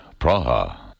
Praha